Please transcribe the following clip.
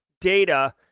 data